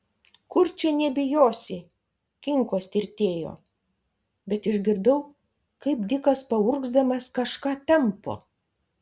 kur čia nebijosi kinkos tirtėjo bet išgirdau kaip dikas paurgzdamas kažką tampo